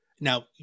now